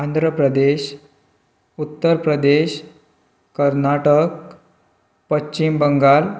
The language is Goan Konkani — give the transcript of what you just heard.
आन्ध्र प्रदेश उत्तर प्रदेश कर्नाटक पश्चिम बंगाल